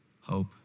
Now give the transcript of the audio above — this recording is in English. hope